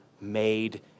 made